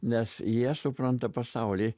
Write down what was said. nes jie supranta pasaulį